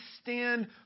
stand